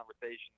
conversation